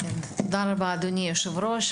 תודה רבה, אדוני היושב-ראש.